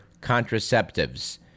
contraceptives